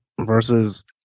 versus